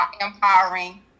empowering